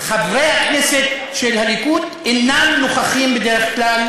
חברי הכנסת של הליכוד אינם נוכחים בדרך כלל במליאה.